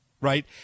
right